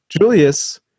julius